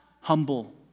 Humble